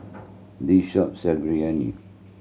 this shop sell Biryani